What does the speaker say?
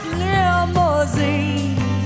limousine